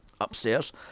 upstairs